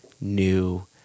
new